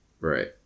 Right